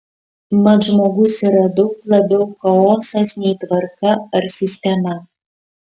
mat žmogus yra daug labiau chaosas nei tvarka ar sistema